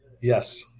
Yes